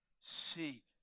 see